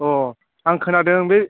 अह आं खोनादों बे